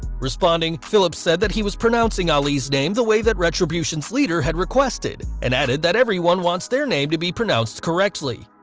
responding, phillips said that he was pronouncing ali's name the way that retribution's leader had requested, and added that everyone wants their name to be prounced correctly.